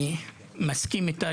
ואני מסכים איתה,